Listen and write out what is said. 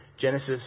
Genesis